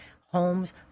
homes